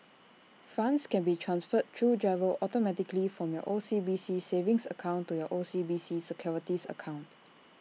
funds can be transferred through GIRO automatically from your O C B C savings account to your O C B C securities account